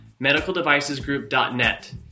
medicaldevicesgroup.net